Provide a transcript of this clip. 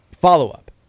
Follow-up